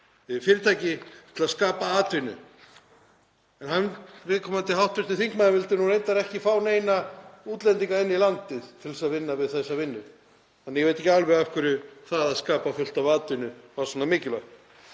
fleiri fyrirtæki til að skapa atvinnu. En hv. þingmaður vildi reyndar ekki fá neina útlendinga inn í landið til að vinna við þessa vinnu. Ég veit ekki alveg af hverju það að skapa fullt af atvinnu var svona mikilvægt.